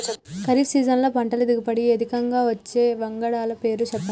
ఖరీఫ్ సీజన్లో పంటల దిగుబడి అధికంగా వచ్చే వంగడాల పేర్లు చెప్పండి?